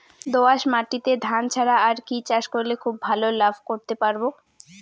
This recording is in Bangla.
দোয়াস মাটিতে ধান ছাড়া আর কি চাষ করলে খুব ভাল লাভ করতে পারব?